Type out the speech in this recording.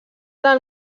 del